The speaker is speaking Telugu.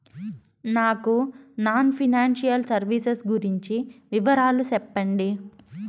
నాకు నాన్ ఫైనాన్సియల్ సర్వీసెస్ గురించి వివరాలు సెప్పండి?